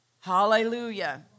Hallelujah